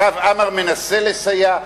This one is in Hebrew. הרב עמאר מנסה לסייע,